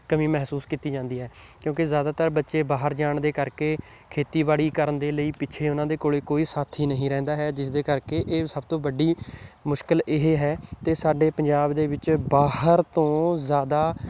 ਕਮੀ ਮਹਿਸੂਸ ਕੀਤੀ ਜਾਂਦੀ ਹੈ ਕਿਉਂਕਿ ਜ਼ਿਆਦਾਤਰ ਬੱਚੇ ਬਾਹਰ ਜਾਣ ਦੇ ਕਰਕੇ ਖੇਤੀਬਾੜੀ ਕਰਨ ਦੇ ਲਈ ਪਿੱਛੇ ਉਹਨਾਂ ਦੇ ਕੋਲ ਕੋਈ ਸਾਥੀ ਨਹੀਂ ਰਹਿੰਦਾ ਹੈ ਜਿਸਦੇ ਕਰਕੇ ਇਹ ਸਭ ਤੋਂ ਵੱਡੀ ਮੁਸ਼ਕਲ ਇਹ ਹੈ ਅਤੇ ਸਾਡੇ ਪੰਜਾਬ ਦੇ ਵਿੱਚ ਬਾਹਰ ਤੋਂ ਜ਼ਿਆਦਾ